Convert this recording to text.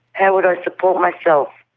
how would i support myself?